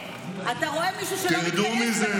אתה רואה מישהו שלא מתגייס ונופל בקרב?